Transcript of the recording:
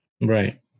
Right